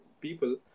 people